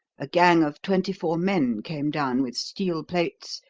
a gang of twenty-four men came down, with steel plates,